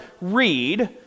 read